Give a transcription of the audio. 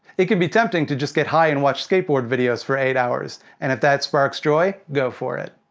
it can be tempting, to just get high and watch skateboard videos for eight hours. and if that sparks joy go for it.